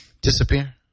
disappear